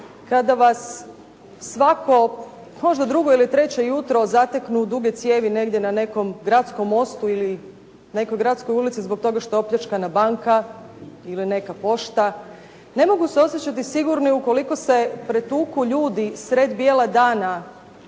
kada vas svako možda drugo ili treće jutro zateknu duge cijevi negdje na nekom gradskom mostu ili nekoj gradskoj ulici zbog toga što je opljačkana banka ili neka pošta. Ne mogu se osjećati sigurni ukoliko se pretuku ljudi sred bijela dana